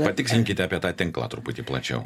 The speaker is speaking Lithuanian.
patikslinkite apie tą tinklą truputį plačiau